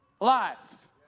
life